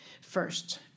first